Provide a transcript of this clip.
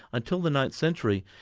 until the ninth century,